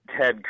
Ted